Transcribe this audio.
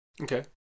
Okay